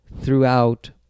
throughout